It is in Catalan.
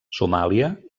somàlia